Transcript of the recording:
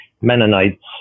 Mennonites